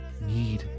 need